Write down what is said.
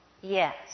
Yes